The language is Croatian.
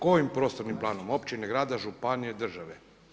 Kojim prostornim planom općine, grada, županije, države?